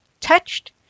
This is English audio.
Touched